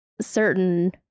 certain